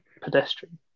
pedestrian